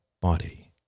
body